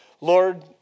Lord